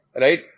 right